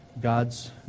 God's